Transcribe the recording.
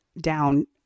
down